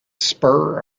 spur